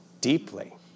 deeply